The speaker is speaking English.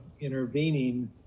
intervening